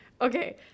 Okay